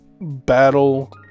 battle